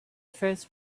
first